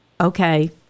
Okay